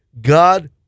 God